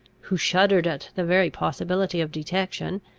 who shuddered at the very possibility of detection,